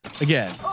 Again